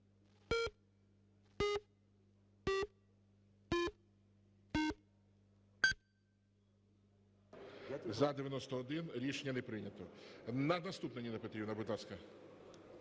За-91 Рішення не прийнято. Наступна, Ніна Петрівна, будь ласка.